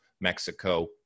Mexico